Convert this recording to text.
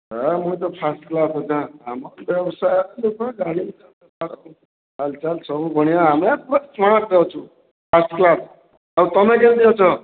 ହଁ ମୁଇଁ ତ ଫାଷ୍ଟକ୍ଲାସ୍ ଅଛେଁ ହାଲ୍ଚାଲ୍ ସବୁ ବଢ଼ିଆଁ ଆମେ ପୁରା ସ୍ମାର୍ଟରେ ଅଛୁ ଫାଷ୍ଟକ୍ଲାସ୍ ଆଉ ତମେ କେମ୍ତି ଅଛ